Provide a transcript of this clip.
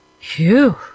Phew